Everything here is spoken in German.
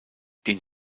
den